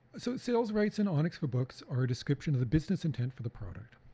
so sales rights in onix for books are a description of the business intent for the product.